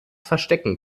verstecken